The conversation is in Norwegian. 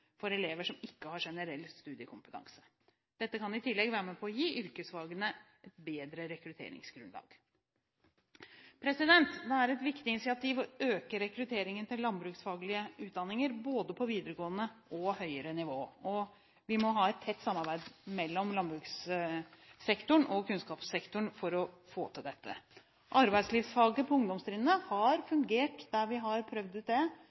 for elever som ikke har generell studiekompetanse. Dette kan i tillegg være med på å gi yrkesfagene et bedre rekrutteringsgrunnlag. Det er et viktig initiativ å øke rekrutteringen til landbruksfaglige utdanninger, både på videregående og høyere nivå. Vi må ha et tett samarbeid mellom landbrukssektoren og kunnskapssektoren for å få til dette. Arbeidslivsfaget på ungdomstrinnet har, der vi har prøvd det ut,